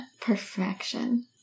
perfection